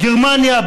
גרמניה,